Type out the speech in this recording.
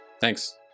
Thanks